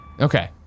Okay